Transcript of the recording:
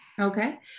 Okay